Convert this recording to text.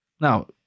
now